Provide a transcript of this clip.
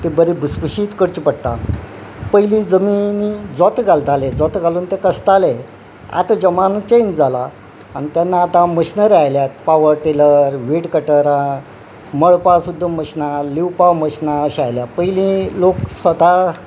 ती बरी भुसभुशीसीत करची पडटा पयलीं जमिनी जोतां घालताले जोत घालून ते कसताले आतां जमाना चेंज जाला आनी तेन्ना आतां मशिनरी आयल्यात पावर टेलर वेट कटरां मळपां सुद्दां मशिनां लिवपा मशिनां अशें आयल्यात पयलीं लोक स्वता